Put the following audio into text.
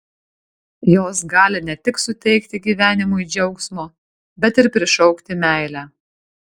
jos gali ne tik suteikti gyvenimui džiaugsmo bet ir prišaukti meilę